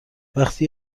وقتی